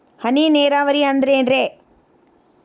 ಹನಿ ನೇರಾವರಿ ಅಂದ್ರೇನ್ರೇ?